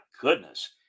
goodness